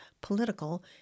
political